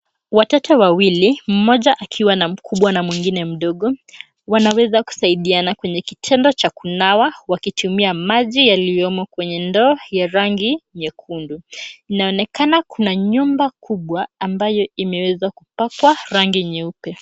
Watoto wawili, mmoja akiwa na mkubwa na mwengine mdogo wanaweza kusaidiana kwenye kitendo cha kunawa wakitumia maji yaliyomo kwenye ndoo ya rangi nyekundu. Inaonekana kuna nyumba kubwa ambayo imeweza kupakwa rangi nyeupe.